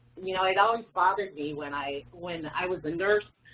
you know it always bothers me, when i when i was a nurse,